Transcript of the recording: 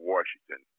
Washington